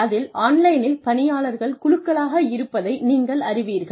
அதில் ஆன்லைனில் பணியாளர்கள் குழுக்களாக இருப்பதை நீங்கள் அறிவீர்கள்